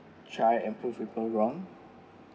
try and prove people wrong